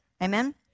Amen